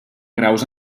graus